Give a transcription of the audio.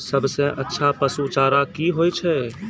सबसे अच्छा पसु चारा की होय छै?